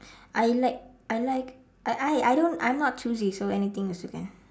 I like I like I I I don't I'm not choosy so anything also can